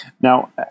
now